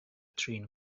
trin